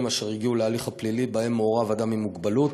אשר הגיעו להליך הפלילי שבהם מעורב אדם עם מוגבלות